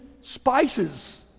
spices